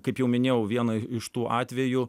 kaip jau minėjau viena iš tų atvejų